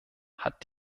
hat